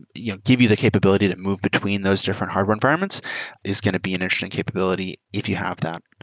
you know give you the capability to move between those different hardware environments is going to be an interesting capability if you have that.